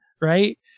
right